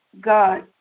god